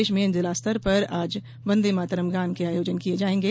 प्रदेश में जिला स्तर पर भी आज वंदे मातरम गान के आयोजन किये जायेंगे